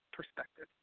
perspective